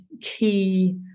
key